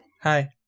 Hi